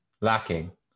lacking